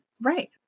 Right